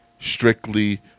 strictly